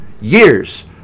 years